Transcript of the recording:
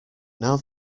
now